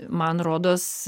man rodos